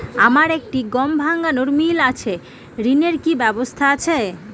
আমার একটি গম ভাঙানোর মিল আছে ঋণের কি ব্যবস্থা আছে?